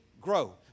grow